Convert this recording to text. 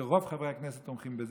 כי רוב חברי הכנסת תומכים בזה,